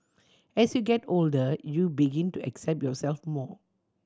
as you get older you begin to accept yourself more